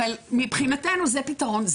מבחינתנו זה פתרון.